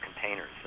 containers